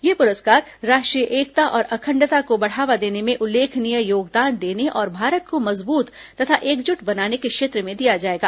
यह पुरस्कार राष्ट्रीय एकता और अखंडता को बढ़ावा देने में उल्लेखनीय योगदान देने और भारत को मजबूत तथा एकजुट बनाने के क्षेत्र में दिया जाएगा